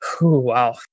Wow